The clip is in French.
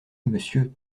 monsieur